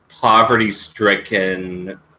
poverty-stricken